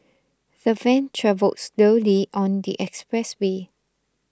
the van travelled slowly on the expressway